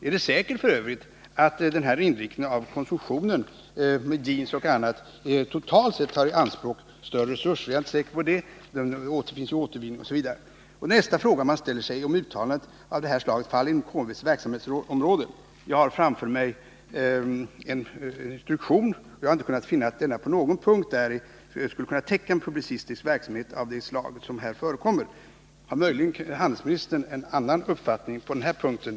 Ärdet f. ö. säkert att inriktningen av konsumtionen mot jeans m.m. totalt sett tar i anspråk mer resurser? Jag är inte säker på det. Det finns ju återvinning osv. Nästa fråga man ställer sig är om uttalanden av det här slaget faller inom konsumentverkets verksamhetsområde. Jag har framför mig konsumentverkets instruktion och har inte kunnat finna någon punkt däri som skulle kunna täcka en publicistisk verksamhet av detta slag. Har möjligen handelsministern en annan uppfattning på den punkten?